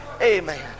Amen